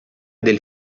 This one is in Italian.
del